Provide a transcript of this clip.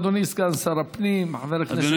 אדוני סגן שר הפנים חבר הכנסת משולם נהרי.